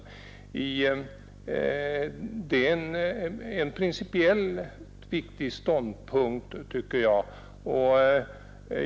Det är en principiellt viktig ståndpunkt, tycker jag.